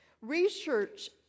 Research